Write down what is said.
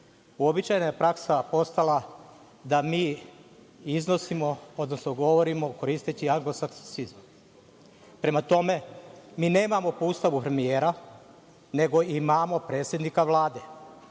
uobičajena praksa je postala da mi iznosimo, odnosno govorimo koristeći anglosaksizme. Prema tome, mi nemamo po Ustavu premijera, nego imamo predsednika Vlade.